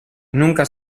nunca